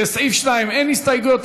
לסעיף 2 אין הסתייגויות.